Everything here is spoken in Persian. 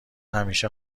همیشه